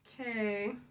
okay